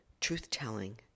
truth-telling